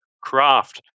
craft